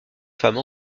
femme